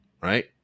right